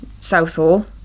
Southall